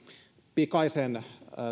pikaisen